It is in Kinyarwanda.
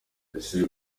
ese